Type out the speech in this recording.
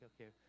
okay